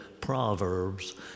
Proverbs